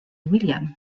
william